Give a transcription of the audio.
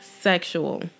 sexual